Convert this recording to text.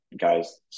guys –